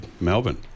Melbourne